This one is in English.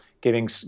giving